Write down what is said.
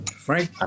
Frank